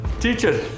Teacher